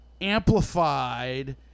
amplified